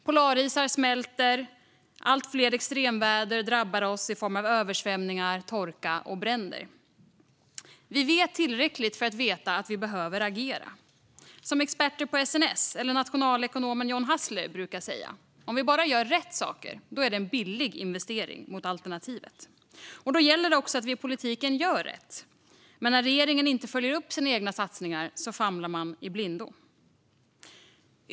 Polarisar smälter, och allt fler extremväder drabbar oss i form av översvämningar, torka och bränder. Vi vet tillräckligt för att veta att vi behöver agera. Som experter på SNS eller nationalekonomen John Hassler brukar säga: Om vi bara gör rätt saker är det en billig investering jämfört med alternativet. Då gäller det också att vi i politiken gör rätt, men när regeringen inte följer upp sina egna satsningar famlar man i blindo.